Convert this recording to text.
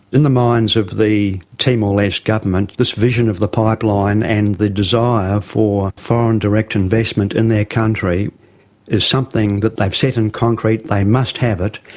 in the minds of the timor-leste government, this vision of the pipeline and the desire for foreign direct investment in their country is something that they've set in concrete they must have it.